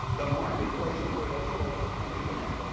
the marketplace of where those folks were coming in,